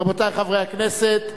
רבותי חברי הכנסת.